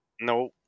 No